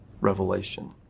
revelation